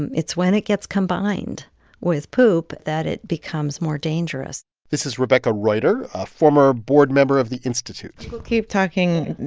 and it's when it gets combined with poop that it becomes more dangerous this is rebecca rueter, a former board member of the institute people keep talking,